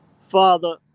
father